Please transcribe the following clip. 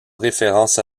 référence